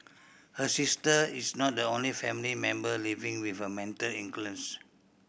her sister is not the only family member living with a mental